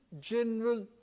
general